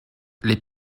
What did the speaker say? les